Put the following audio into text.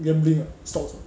gambling ah stocks ah